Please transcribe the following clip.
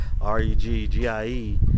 r-e-g-g-i-e